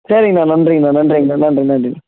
சரிங்ண்ணா நன்றிங்கண்ணா நன்றிங்கண்ணா நன்றி நன்றி